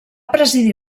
presidir